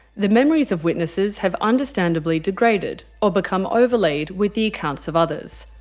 the memories of witnesses have understandably degraded or become overlaid with the accounts of others.